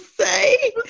say